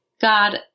God